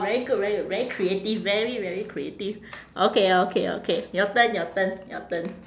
very good very good very creative very very creative okay okay okay your turn your turn your turn